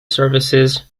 services